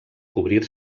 cobrir